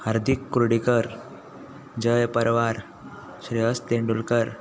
Hardik Kurdikar Jai Parwar Shreyas Tendulkar